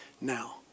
now